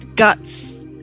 Guts